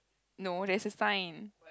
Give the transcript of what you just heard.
no there's a sign